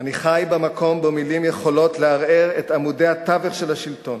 אני חי במקום שבו מלים יכולות לערער את עמודי התווך של השלטון.